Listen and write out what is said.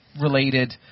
related